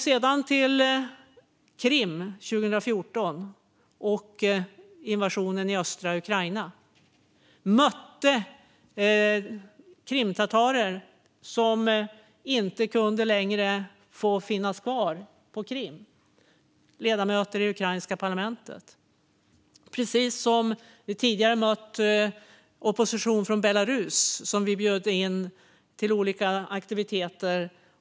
Sedan kom invasionen av Krim och östra Ukraina 2014. Vi mötte krimtatarer, ledamöter i det ukrainska parlamentet, som inte längre kunde vara kvar på Krim. Tidigare hade vi mött oppositionen i Belarus och bjudit in dem till olika aktiviteter.